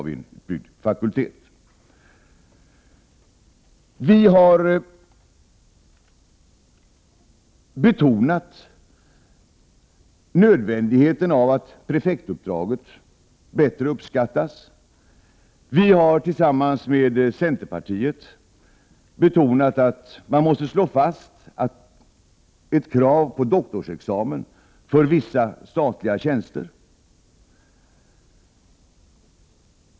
Vi har betonat nödvändigheten av att prefektuppdraget bättre uppskattas. Vi har, tillsammans med centerpartiet, betonat att man måste slå fast ett krav på doktorsexamen för vissa statliga tjänster.